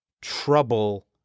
trouble